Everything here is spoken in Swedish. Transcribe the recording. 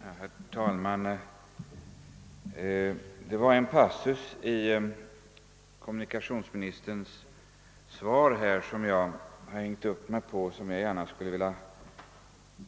Herr talman! Det var en passus i kommunikationsministerns svar som jag hängde upp mig på och om vilken jag gärna skulle vilja